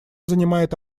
занимает